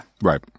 Right